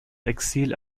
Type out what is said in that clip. exil